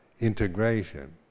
integration